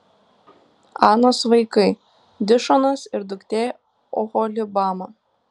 anos vaikai dišonas ir duktė oholibama